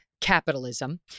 capitalism